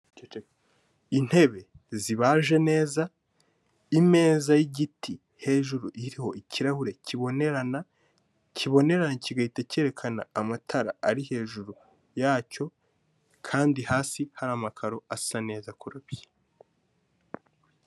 Intebe zibaje neza, imeza y'igiti hejuru iriho ikirahure kibonerana, kiboneranye kigahita cyerekana amatara ari hejuru yacyo kandi hasi hari amakaro asa neza akoropye.